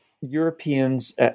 europeans